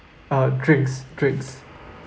uh drinks drinks